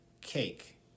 cake